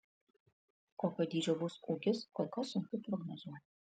kokio dydžio bus ūkis kol kas sunku prognozuoti